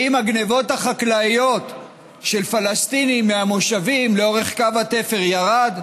האם הגנבות החקלאיות של פלסטינים מהמושבים לאורך קו התפר פחתו?